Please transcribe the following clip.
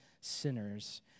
sinners